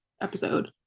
episode